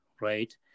right